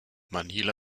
manila